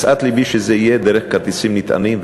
משאת לבי שזה יהיה דרך כרטיסים נטענים,